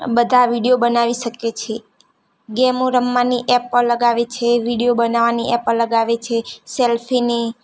બધા વિડીઓ બનાવી શકીએ છીએ ગેમો રમવાની એપ અલગ આવે છે વિડીયો બનાવવાની એપ અલગ આવે છે સેલ્ફીની